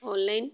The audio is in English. online